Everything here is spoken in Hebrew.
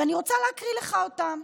ואני רוצה להקריא לכם אותם: